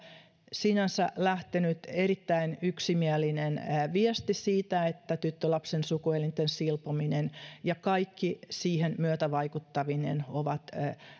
sinänsä lähtenyt erittäin yksimielinen viesti siitä että tyttölapsen sukuelinten silpominen ja kaikki siihen myötävaikuttaminen ovat